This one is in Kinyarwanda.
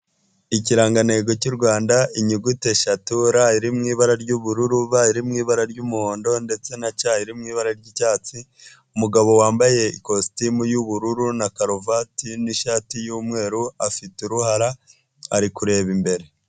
Ikirangantego cy'u Rwanda inyuguti eshatu ra iri mu ibara ry'ubururu, ba iri mu ibara ry'umuhondo ndetse na ca iri mu ibara ry'icyatsi. Umugabo wambaye ikositimu y'ubururu na karuvati n'ishati y'umweru afite uruhara ari kureba imbere.